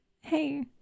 hey